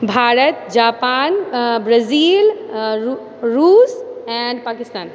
Bharat Japan Brazil रूस and Pakistan